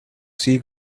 sea